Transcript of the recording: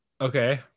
Okay